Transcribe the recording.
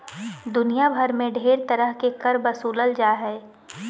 दुनिया भर मे ढेर तरह के कर बसूलल जा हय